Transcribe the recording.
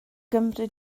gymri